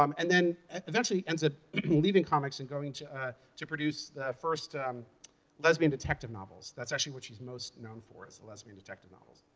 um and then eventually ends up leaving comics and going to ah to produce the first um lesbian detective novels. that's actually what she's most known for is lesbian detective novels.